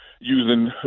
using